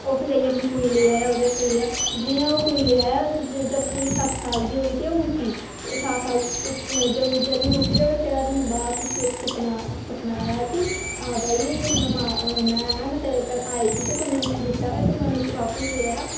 उस जाइयै अपनी कुड़ी लेई आया ओह्दे घरै ई जियां ओह् कुड़ी लेइयै आया जब कुड़ी सत्त साल दी होई ते ओह् मुक्की ते सात साल जेल्लू मुक्की ते ओह्दे तेरां दिन बाद उसी इक सुक्कना सपना आया कि हां भई मैं मां मैं तेरे घर आई थी ते तूने मिगी दित्ता तूऐ मी बापस लेई आया